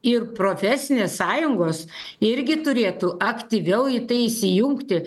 ir profesinės sąjungos irgi turėtų aktyviau į tai įsijungti